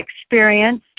experience